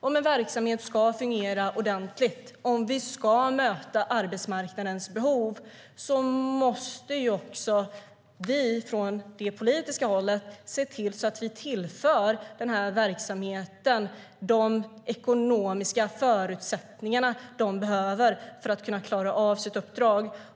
Om en verksamhet ska fungera ordentligt, om vi ska möta arbetsmarknadens behov, måste vi från det politiska hållet se till att vi tillför den här verksamheten de ekonomiska förutsättningar den behöver för att kunna klara av sitt uppdrag.